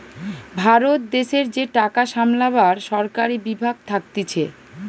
ভারত দেশের যে টাকা সামলাবার সরকারি বিভাগ থাকতিছে